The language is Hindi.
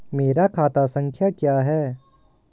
मेरा खाता संख्या क्या है?